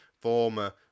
former